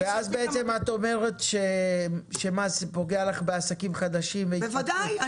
את אומרת שזה פוגע לך בעסקים חדשים --- בוודאי.